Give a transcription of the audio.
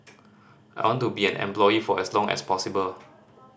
I want to be an employee for as long as possible